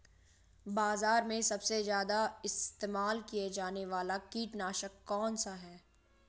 बाज़ार में सबसे ज़्यादा इस्तेमाल किया जाने वाला कीटनाशक कौनसा है?